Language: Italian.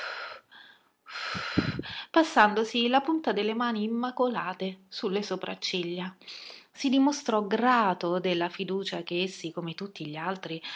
passandosi la punta delle mani immacolate su le sopracciglia si dimostrò grato della fiducia che essi come tutti gli altri